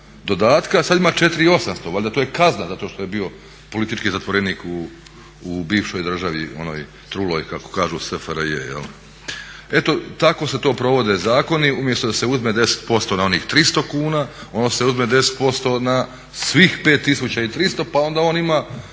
sad ima 4800. Valjda to je kazna zato što je bio politički zatvorenik u bivšoj državi, onoj truloj kako kažu SFRJ. Eto, tako se to provode zakoni. Umjesto da se uzme 10% na onih 300 kuna, ono se uzme 10% na svih 5300 kuna pa onda on pita